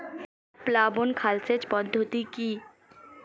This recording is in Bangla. প্লাবন খাল সেচ পদ্ধতি কি?